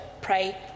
pray